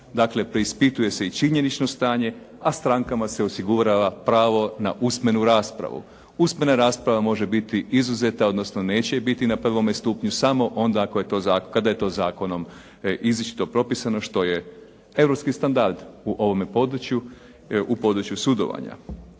Dakle, preispituje se i činjenično stanje, a strankama se osiguralo pravo na usmenu raspravu. Usmena raspravu može biti izuzeta, odnosno neće je biti na prvome stupnju, samo onda kada je to zakonom izričito propisano, što je europski standard u ovome području, u